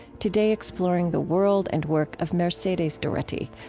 today exploring the world and work of mercedes doretti,